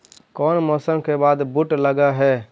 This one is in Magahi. कोन मौसम के बाद बुट लग है?